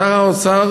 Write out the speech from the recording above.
שר האוצר